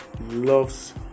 loves